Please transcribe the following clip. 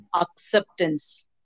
acceptance